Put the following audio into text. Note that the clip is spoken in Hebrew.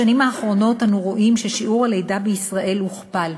בשנים האחרונות אנו רואים ששיעור הלידות בישראל הוכפל,